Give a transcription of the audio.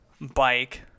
bike